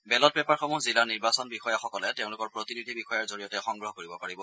ballot পেপাৰসমূহ জিলা নিৰ্বাচন বিষয়াসকলে তেওঁলোকৰ প্ৰতিনিধি বিষয়াৰ জৰিয়তে সংগ্ৰহ কৰিব পাৰিব